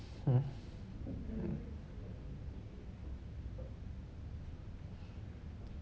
mm